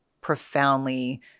profoundly